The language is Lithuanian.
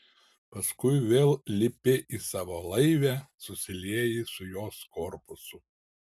paskui vėl lipi į savo laivę susilieji su jos korpusu